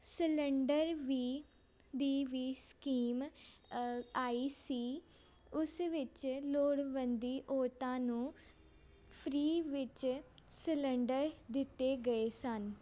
cylinder ਵੀ ਦੀ ਵੀ ਸਕੀਮ ਆਈ ਸੀ ਉਸ ਵਿੱਚ ਲੋੜਵੰਦ ਔਰਤਾਂ ਨੂੰ ਫਰੀ ਵਿੱਚ ਸਿਲੰਡਰ ਦਿੱਤੇ ਗਏ ਸਨ